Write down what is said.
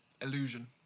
illusion